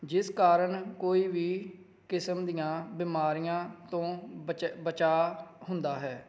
ਜਿਸ ਕਾਰਨ ਕੋਈ ਵੀ ਕਿਸਮ ਦੀਆਂ ਬਿਮਾਰੀਆਂ ਤੋਂ ਬਚ ਬਚਾਅ ਹੁੰਦਾ ਹੈ